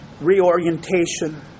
reorientation